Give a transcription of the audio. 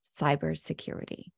cybersecurity